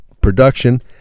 production